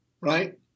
right